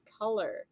Color